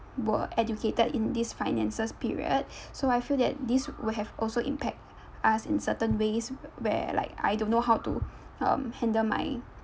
were educated in this finances period so I feel that this will have also impact us in certain ways where like I don't know how to um handle my